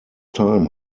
time